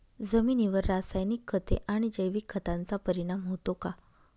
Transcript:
जमिनीवर रासायनिक खते आणि जैविक खतांचा परिणाम होतो का?